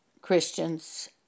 Christians